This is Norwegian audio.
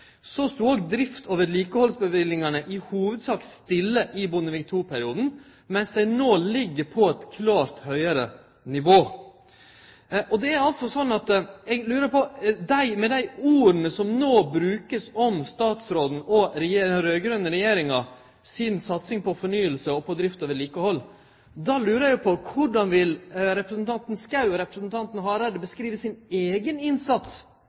i hovudsak stille i Bondevik II-perioden, mens dei no ligg på eit klart høgare nivå. Det er altså slik at eg lurer på korleis representanten Schou og representanten Hareide, med dei orda som ein no brukar om statsråden og den raud-grøne regjeringa si satsing på fornying, drift og vedlikehald, vil beskrive sin eigen innsats for drift, vedlikehald